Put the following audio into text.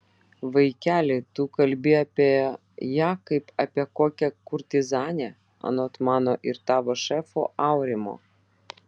vaikeli tu kalbi apie ją kaip apie kokią kurtizanę anot mano ir tavo šefo aurimo